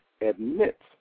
admits